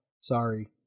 Sorry